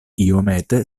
iomete